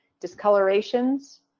discolorations